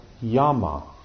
Yama